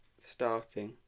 starting